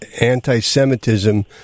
anti-Semitism